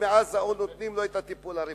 מעזה או כשנותנים לו את הטיפול הרפואי.